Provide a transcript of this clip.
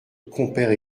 compère